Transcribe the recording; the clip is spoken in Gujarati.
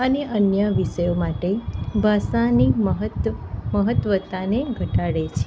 અને અન્ય વિષયો માટે ભાષાની મહત્ત્વતાને ઘટાડે છે